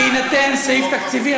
ויינתן סעיף תקציבי,